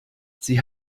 sie